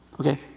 okay